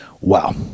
Wow